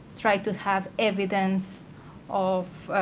try to have evidence of